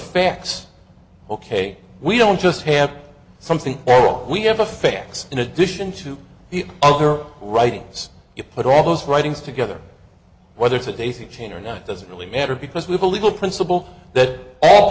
fax ok we don't just have something all we have affects in addition to the other writings you put all those writings together whether it's a daisy chain or not doesn't really matter because we have a legal principle that a